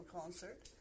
concert